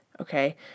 okay